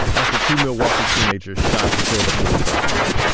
after two milwaukee teenagers shot and killed a police officer.